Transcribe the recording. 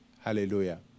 Hallelujah